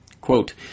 Quote